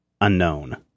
unknown